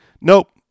nope